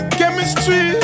chemistry